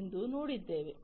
ಎಂದು ನೋಡಿದ್ದೇವೆ